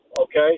okay